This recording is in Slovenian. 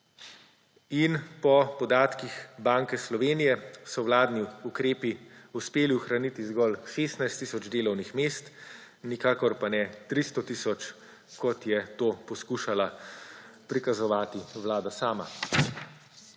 in po podatkih Banke Slovenije so vladni ukrepi uspeli ohraniti zgolj 16 tisoč delovnih mest, nikakor pa ne 300 tisoč, kot je to poskušala prikazovati vlada sama.